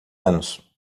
anos